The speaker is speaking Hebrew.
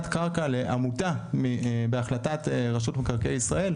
קרקע לעמותה בהחלטת רשות מקרקעי ישראל,